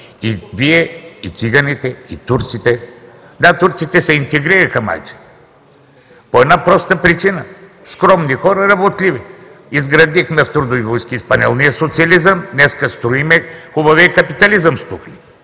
и Вие, и циганите, и турците. Да, турците се интегрираха, май че. По една проста причина: скромни хора, работливи. Изградихме с „Трудови войски“ панелния социализъм, днес строим хубавия капитализъм. Работим.